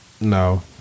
no